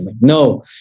No